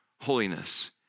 holiness